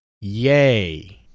yay